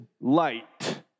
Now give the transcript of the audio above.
light